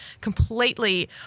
completely